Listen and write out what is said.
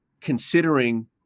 considering